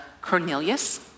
Cornelius